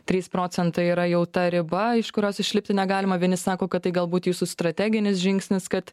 trys procentai yra jau ta riba iš kurios išlipti negalima vieni sako kad tai galbūt jūsų strateginis žingsnis kad